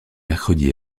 mercredis